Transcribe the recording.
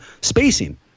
spacing